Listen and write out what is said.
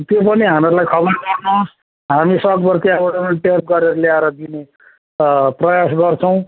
त्यो पनि हामीहरूलाई खबर गर्नुहोस् हामी सकभर त्यहाँबाट ट्याप गरेर ल्याएर दिने प्रयास गर्छौँ